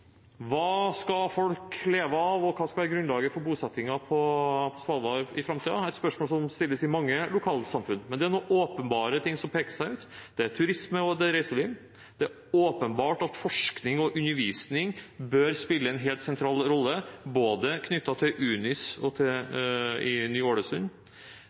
Hva skal folk leve av, og hva skal være grunnlaget for bosettingen på Svalbard i framtiden? Det er en type spørsmål som stilles i mange lokalsamfunn. Det er noen åpenbare ting som peker seg ut. Det er turisme, og det er reiseliv. Det er også åpenbart at forskning og undervisning bør spille en helt sentral rolle, både knyttet til UNIS og til